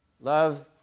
Love